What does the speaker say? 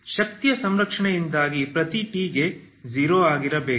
ಶಕ್ತಿಯ ಸಂರಕ್ಷಣೆಯಿಂದಾಗಿ ಪ್ರತಿ t ಗೆ 0 ಆಗಿರಬೇಕು